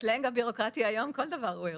בסלנג הבירוקרטי היום כל דבר הוא אירוע.